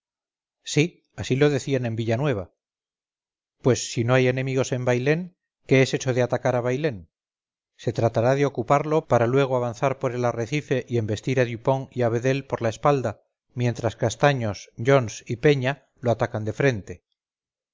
sí así lo decían en villanueva pues si no hay enemigos en bailén qué es eso de atacar a bailén se tratará de ocuparlo para luego avanzar por el arrecife y embestir a dupont y a vedel por la espalda mientras castaños jones y peña lo atacan de frente